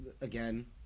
again